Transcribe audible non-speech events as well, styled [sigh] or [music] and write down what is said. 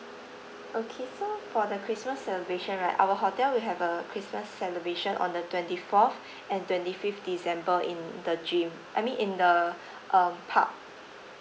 okay so for the christmas celebration right our hotel we have a christmas celebration on the twenty fourth [breath] and twenty fifth december in the gym I mean in the uh pub